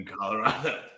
Colorado